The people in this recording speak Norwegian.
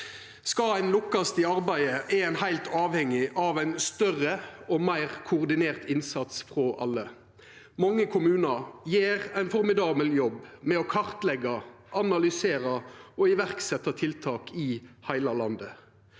Skal ein lukkast i arbeidet, er ein heilt avhengig av ein større og meir koordinert innsats frå alle. Mange kommunar gjer ein formidabel jobb med å kartleggja, analysera og setja i verk tiltak, i heile landet.